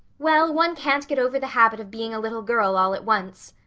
well, one can't get over the habit of being a little girl all at once,